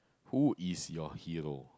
who is your hero